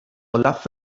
olaf